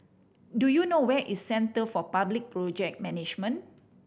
do you know where is Centre for Public Project Management